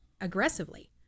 aggressively